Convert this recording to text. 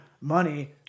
money